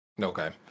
Okay